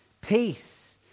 Peace